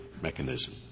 mechanism